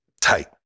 tight